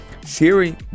Siri